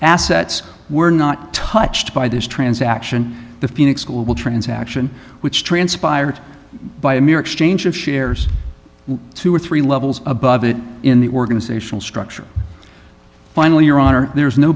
assets were not touched by this transaction the phoenix school will transaction which transpired by a mere exchange of shares two or three levels above it in the organizational structure final your honor there is no